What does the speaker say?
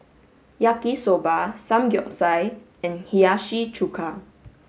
Yaki Soba Samgeyopsal and Hiyashi Chuka